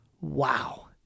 Wow